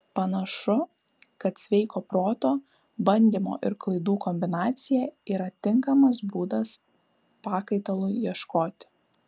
panašu kad sveiko proto bandymo ir klaidų kombinacija yra tinkamas būdas pakaitalui ieškoti